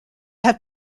have